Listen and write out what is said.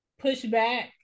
pushback